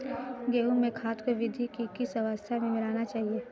गेहूँ में खाद को वृद्धि की किस अवस्था में मिलाना चाहिए?